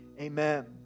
amen